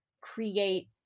create